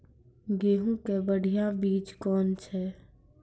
गेहूँ के बढ़िया बीज कौन छ?